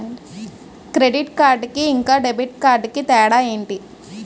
Credit card కి ఇంకా debit card కి తేడా ఏంటి?